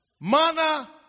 Mana